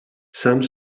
some